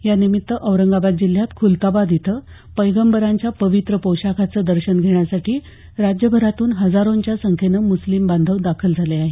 या निमित्त औरंगाबाद जिल्ह्यात खुलताबाद इथं पैगंबरांच्या पवित्र पोशाखाचं दर्शन घेण्यासाठी राज्यभरातून हजारोंच्या संख्येनं मुस्लिम बांधव दाखल झाले आहेत